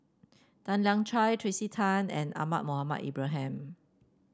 Tan Lian Chye Tracey Tan and Ahmad Mohamed Ibrahim